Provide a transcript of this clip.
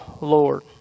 Lord